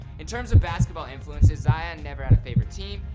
in terms of basketball influences, zion never had a favorite team,